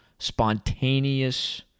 spontaneous